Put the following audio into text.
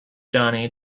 johnny